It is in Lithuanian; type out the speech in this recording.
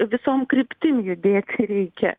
visom kryptim judėti reikia